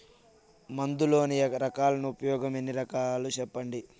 మందులలోని రకాలను ఉపయోగం ఎన్ని రకాలు? సెప్పండి?